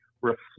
reflect